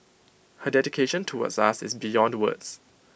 her dedication towards us is beyond words